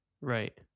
right